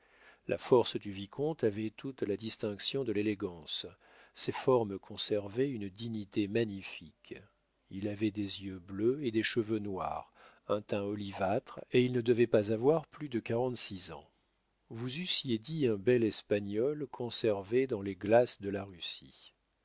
la force du vicomte avait toute la distinction de l'élégance ses formes conservaient une dignité magnifique il avait des yeux bleus et des cheveux noirs un teint olivâtre et il ne devait pas avoir plus de quarante-six ans vous eussiez dit un bel espagnol conservé dans les glaces de la russie